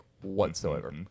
whatsoever